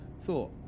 Thought